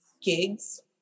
gigs